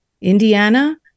Indiana